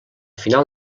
final